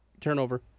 turnover